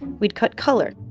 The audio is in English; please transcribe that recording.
we'd cut color.